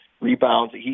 rebounds